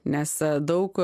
nes a daug